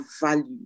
value